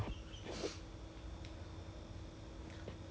err not bad hor 它的那个 terms and conditions